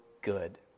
good